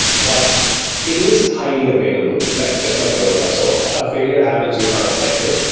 but it is highly available, like just like aurora. so a failure happens, you're not affected.